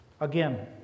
again